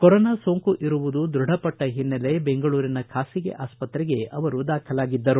corona ಸೋಂಕು ಇರುವುದು ದೃಢಪಟ್ಟ ಹಿನ್ನೆಲೆ ಬೆಂಗಳೂರಿನ ಖಾಸಗಿ ಆಸ್ವತ್ರೆಗೆ ಅವರು ದಾಖಲಾಗಿದ್ದರು